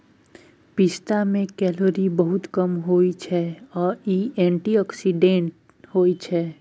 पिस्ता मे केलौरी बहुत कम होइ छै आ इ एंटीआक्सीडेंट्स होइ छै